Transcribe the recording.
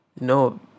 No